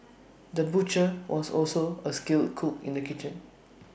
the butcher was also A skilled cook in the kitchen